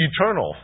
eternal